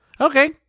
Okay